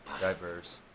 diverse